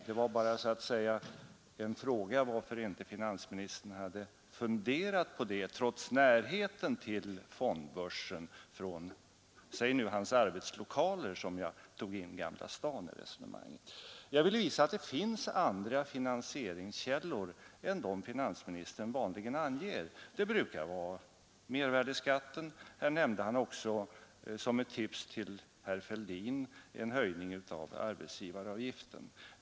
Man kan ju fråga sig varför inte finansministern har funderat på det trots närheten till fondbörsen från hans arbetslokaler. Det var därför jag tog in Gamla stan i resonemanget. Jag ville visa att det finns andra finansieringskällor än dem finansministern vanligen anger. Det brukar vara mervärdeskatten. Här nämnde han också som ett tips till herr Fälldin en höjning av arbetsgivaravgiften.